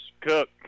Cook